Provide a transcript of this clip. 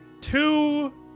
two